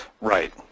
Right